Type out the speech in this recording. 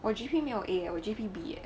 我 G_P 没有 a 我 G_P_B leh